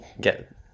get